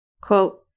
Quote